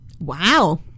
wow